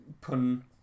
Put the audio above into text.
Pun